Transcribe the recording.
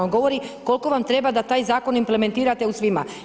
On govori koliko vam treba da taj zakon implementirate u svima.